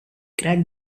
crack